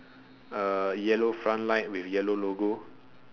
uh yellow front light with yellow logo